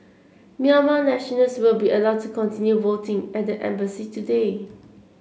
Myanmar nationals will be allowed to continue voting at the embassy today